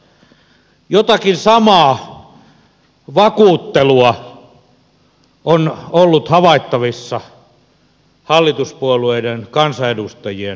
jotakin samaa vakuuttelua on ollut havaittavissa hallituspuolueiden kansanedustajien puheissa